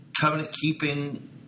covenant-keeping